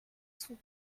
sont